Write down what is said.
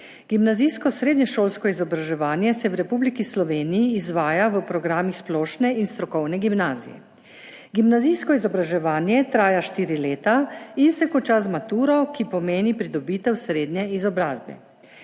Gimnazijsko srednješolsko izobraževanje se v Republiki Sloveniji izvaja v programih splošne in strokovne gimnazije. Gimnazijsko izobraževanje traja štiri leta in se konča z maturo, ki pomeni pridobitev srednje izobrazbe.